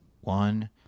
One